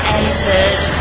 entered